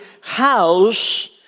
house